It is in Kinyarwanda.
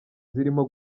zirimo